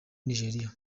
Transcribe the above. nigeria